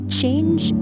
change